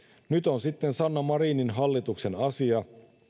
nyt on sitten sanna marinin hallituksen asia